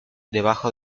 debajo